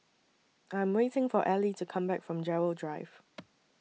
I Am waiting For Allie to Come Back from Gerald Drive